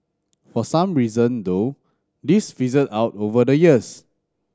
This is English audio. for some reason though this fizzled out over the years